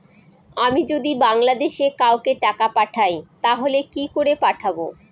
আমি যদি বাংলাদেশে কাউকে টাকা পাঠাই তাহলে কি করে পাঠাবো?